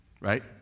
Right